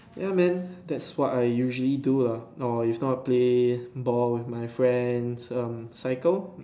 ya man that's what I usually do ah lor is not play ball with my friends um cycle